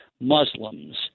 Muslims